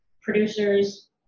producers